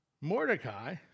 Mordecai